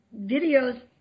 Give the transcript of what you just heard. videos